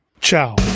Ciao